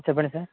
చెప్పండి సార్